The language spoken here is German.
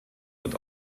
wird